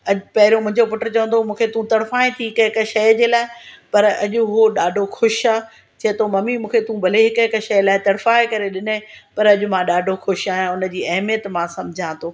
अॼ पहिरियों मुंहिंजो पुटु चवंदो उहो मूंखे तू तड़फांए थी हिकु हिकु शइ जे लाइ पर अॼ उहो ॾाढो ख़ुशि आहे चए थो ममी मूंखे भले हिकु हिकु शइ लाइ तड़फाए करे ॾिनइ पर अॼ मां ॾाढो ख़ुशि आहियां हुनजी अहमिइत मां सम्झां थो